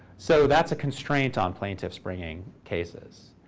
so that's a constraint on plaintiffs bringing cases.